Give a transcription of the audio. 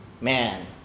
man